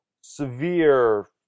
severe